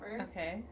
Okay